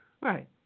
right